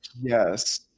Yes